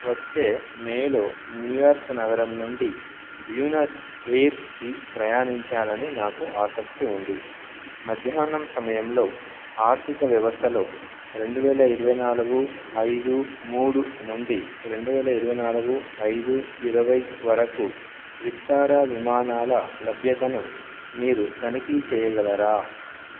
వచ్చే మేలో New York నగరం నుండి బ్యూనస్ ఎయిర్స్కి ప్రయాణించాలని నాకు ఆసక్తి ఉంది మధ్యాహ్నం సమయంలో ఆర్థిక వ్యవస్థలో రెండువేల ఇరవై నాలుగు ఐదు మూడు నుండి రెండువేల ఇరవై నాలుగు ఐదు ఇరవై వరకు విస్తార విమానాల లభ్యతను మీరు తనిఖీ చేయగలరా